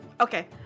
Okay